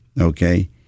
Okay